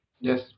Yes